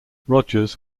rogers